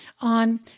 on